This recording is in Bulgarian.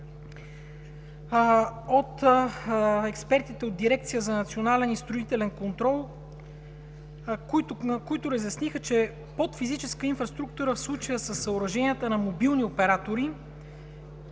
от експертите от Дирекция за национален и строителен контрол, които разясниха, че под „физическа инфраструктура“ в случая със съоръженията на мобилни оператори